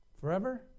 forever